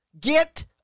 get